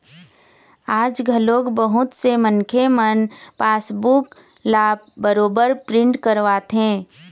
आज घलोक बहुत से मनखे मन पासबूक ल बरोबर प्रिंट करवाथे